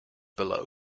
below